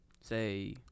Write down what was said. say